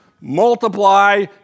multiply